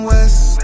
West